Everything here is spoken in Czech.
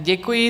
Děkuji.